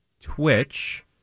Twitch